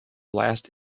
last